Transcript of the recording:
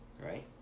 right